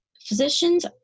physicians